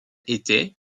était